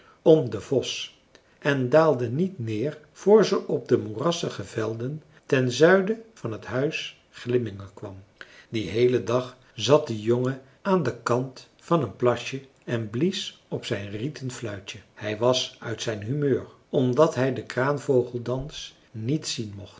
om den vos en daalde niet neer voor ze op de moerassige velden ten zuiden van het huis glimmingen kwam dien heelen dag zat de jongen aan den kant van een plasje en blies op zijn rieten fluitje hij was uit zijn humeur omdat hij den kraanvogeldans niet zien mocht